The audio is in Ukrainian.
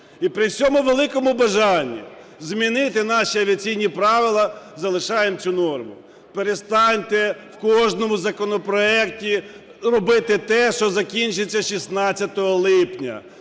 і при всьому великому бажанні змінити наші авіаційні правила залишаємо цю норму. Перестаньте в кожному законопроекті робити те, що закінчиться 16 липня.